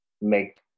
make